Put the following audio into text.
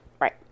Right